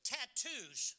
Tattoos